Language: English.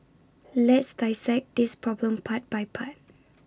let's dissect this problem part by part